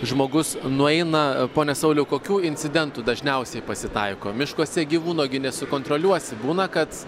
žmogus nueina pone sauliau kokių incidentų dažniausiai pasitaiko miškuose gyvūno gi nesukontroliuosi būna kad